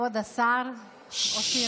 כבוד השר אופיר סופר,